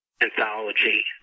anthology